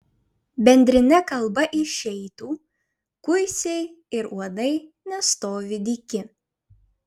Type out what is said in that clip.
bendrine kalba išeitų kuisiai ir uodai nestovi dyki